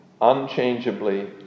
unchangeably